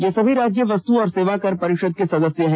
ये सभी राज्य वस्तु और सेवा कर परिषद के सदस्य हैं